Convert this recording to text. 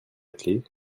clef